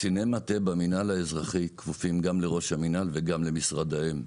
קציני מטה במינהל האזרחי כפופים גם לראש המינהל וגם למשרת האם.